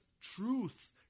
truth